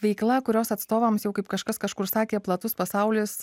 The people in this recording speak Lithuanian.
veikla kurios atstovams jau kaip kažkas kažkur sakė platus pasaulis